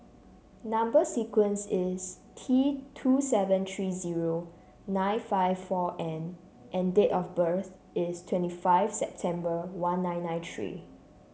number sequence is T two seven three zero nine five four N and date of birth is twenty five September one nine nine three